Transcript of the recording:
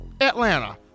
Atlanta